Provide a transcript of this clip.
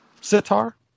Sitar